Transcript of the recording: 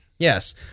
Yes